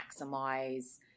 maximize